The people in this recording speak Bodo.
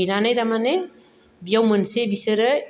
हैनानै थारमाने बियाव मोनसे बिसोरो